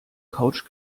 couch